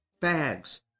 bags